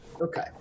Okay